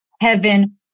heaven